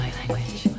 language